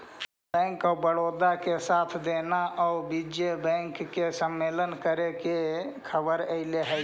bank of Baroda के साथ देना औउर विजय बैंक के समामेलन करे के खबर अले हई